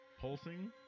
pulsing